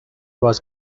was